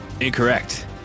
Incorrect